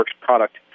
product